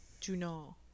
Juno